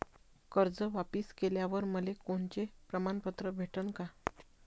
कर्ज वापिस केल्यावर मले कोनचे प्रमाणपत्र भेटन का?